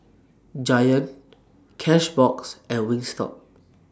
Giant Cashbox and Wingstop